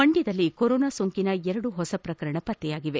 ಮಂಡ್ಕದಲ್ಲಿ ಕೊರೊನಾ ಸೋಂಕಿನ ಎರಡು ಹೊಸ ಪ್ರಕರಣಗಳು ಪತ್ತೆಯಾಗಿವೆ